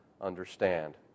understand